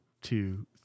two